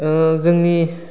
जोंनि